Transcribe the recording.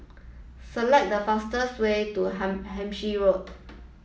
select the fastest way to Hampshire Road